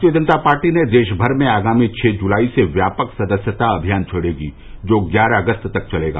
भारतीय जनता पार्टी देशभर में आगामी छः जुलाई से व्यापक सदस्यता अभियान छेड़ेगी जो ग्यारह अगस्त तक चलेगा